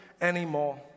anymore